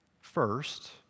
first